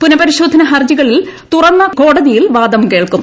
പുനപരിശോധനാ ഹർജികളിൽ തുറന്ന കോടതിയിൽ വാദം കേൾക്കും